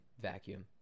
vacuum